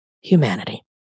humanity